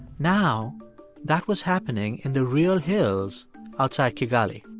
now that was happening in the real hills outside kigali.